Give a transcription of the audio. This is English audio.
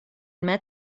met